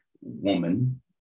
woman